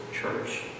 church